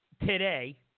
today